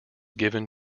given